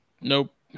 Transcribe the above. Nope